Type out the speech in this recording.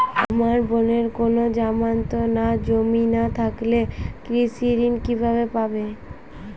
আমার বোনের কোন জামানত বা জমি না থাকলে কৃষি ঋণ কিভাবে পাবে?